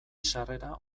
sarrera